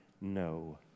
no